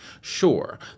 Sure